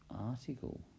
article